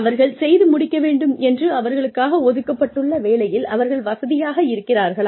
அவர்கள் செய்து முடிக்க வேண்டும் என்று அவர்களுக்காக ஒதுக்கப்பட்டுள்ள வேலையில் அவர்கள் வசதியாக இருக்கிறார்களா